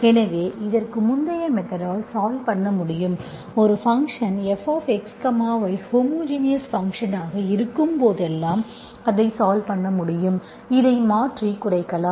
எனவே இதற்கு முந்தைய மெத்தட் ஆல் சால்வ் பண்ண முடியும் ஒரு ஃபங்க்ஷன் fxy ஹோமோஜினஸ் ஃபங்க்ஷன் ஆக இருக்கும்போதெல்லாம் இதை சால்வ் பண்ண முடியும் இதை மாற்றி குறைக்கலாம்